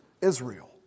Israel